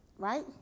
Right